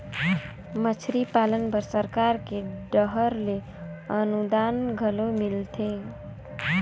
मछरी पालन बर सरकार के डहर ले अनुदान घलो मिलथे